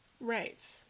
Right